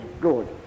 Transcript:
good